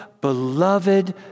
beloved